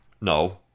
No